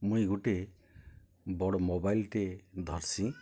ମୁଇଁ ଗୁଟେ ବଡ଼୍ ମୋବାଇଲ୍ଟେ ଧର୍ସିଁ